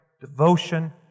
devotion